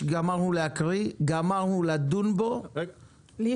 אני מחברת דואר